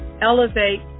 elevate